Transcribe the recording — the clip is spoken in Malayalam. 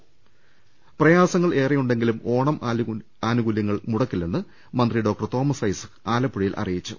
ദർവ്വെട്ടറ പ്രയാസങ്ങൾ ഏറെയുണ്ടെങ്കിലും ഓണം ആനുകൂല്യങ്ങൾ മുടക്കില്ലെന്ന് മന്ത്രി ഡോക്ടർ തോമസ് ഐസക്ക് ആലപ്പുഴയിൽ അറിയിച്ചു